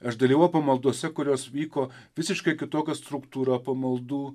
aš dalyvavau pamaldose kurios vyko visiškai kitokia struktūra pamaldų